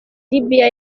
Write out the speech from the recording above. libya